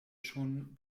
schon